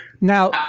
Now